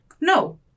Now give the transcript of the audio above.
No